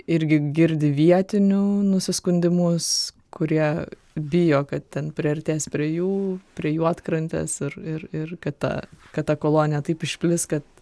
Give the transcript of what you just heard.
irgi girdi vietinių nusiskundimus kurie bijo kad ten priartės prie jų prie juodkrantės ir ir ir kad ta kad ta kolonija taip išplis kad